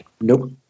nope